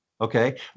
Okay